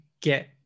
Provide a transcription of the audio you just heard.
get